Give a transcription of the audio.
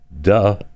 Duh